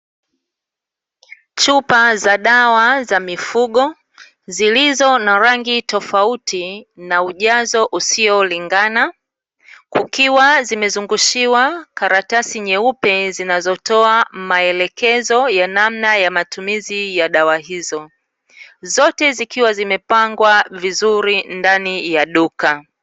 Chupa za dawa za mifugo, zilizo na rangi tofauti na ujazo usiolingana. Kukiwa zimezungushiwa karatasi nyeupe zinazotoa maelekezo ya namna ya matumizi ya dawa hizo. Zote zikiwa zimepangwa vizuri ndani ya duka.